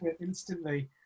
Instantly